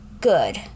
good